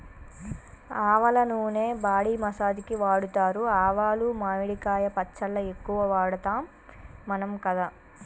ఆవల నూనె body massage కి వాడుతారు ఆవాలు మామిడికాయ పచ్చళ్ళ ఎక్కువ వాడుతాం మనం కదా